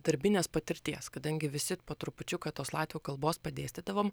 darbinės patirties kadangi visi po trupučiuką tos latvių kalbos padėstydavom